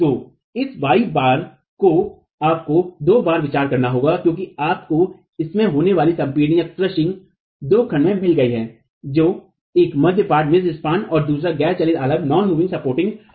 तो इस y बार को आपको दो बार विचार करना होगा क्योंकि आपको इसमें होने वाली संपीडनकुचलन दो खंड में मिल गई है जो एक मध्य पाट एवं दूसरी गैर चलित आलंभ पर है